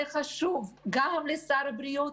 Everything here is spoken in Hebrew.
זה חשוב גם לשר הבריאות,